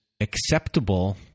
acceptable